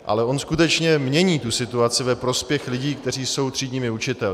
Ale on skutečně mění tu situaci ve prospěch lidí, kteří jsou třídními učiteli.